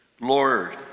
Lord